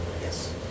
Yes